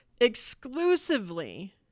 exclusively